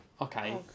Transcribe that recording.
Okay